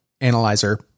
analyzer